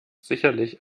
sicherlich